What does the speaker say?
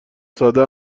ساده